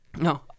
No